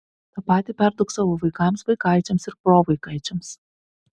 tą patį perduok savo vaikams vaikaičiams ir provaikaičiams